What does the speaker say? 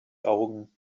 augen